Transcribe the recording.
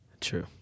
True